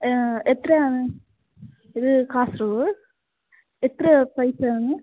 എത്രയാണ് ഇത് കാസർഗോഡ് എത്രയാണ് പൈസ ആവുന്നത്